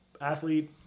athlete